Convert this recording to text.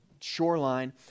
shoreline